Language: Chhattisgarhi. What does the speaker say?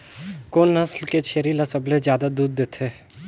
कोन नस्ल के छेरी ल सबले ज्यादा दूध देथे?